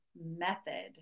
method